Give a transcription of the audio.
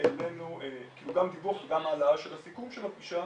העלינו גם דיווח וגם העלאה של הסיכום של הפגישה